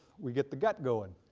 we get the gut going.